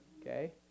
Okay